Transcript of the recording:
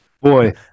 Boy